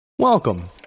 Welcome